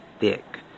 thick